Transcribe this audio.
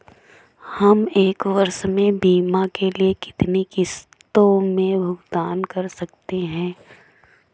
हम एक वर्ष में बीमा के लिए कितनी किश्तों में भुगतान कर सकते हैं?